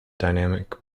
dynamic